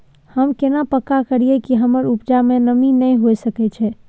हम केना पक्का करियै कि हमर उपजा में नमी नय होय सके छै?